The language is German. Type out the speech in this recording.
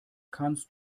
kannst